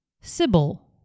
Sybil